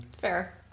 Fair